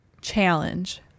challenge